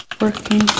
working